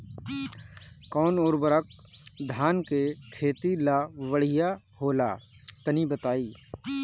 कौन उर्वरक धान के खेती ला बढ़िया होला तनी बताई?